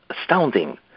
astounding